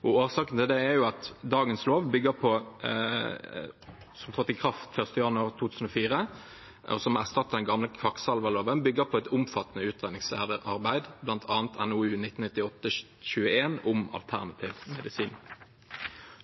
Årsaken til det er at dagens lov, som trådte i kraft 1. januar 2004, og som erstattet den gamle kvakksalverloven, bygger på et omfattende utredningsarbeid, bl.a. NOU 1998: 21, om alternativ medisin.